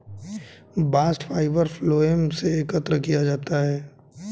bast fibre phloem से एकत्र किया जाता है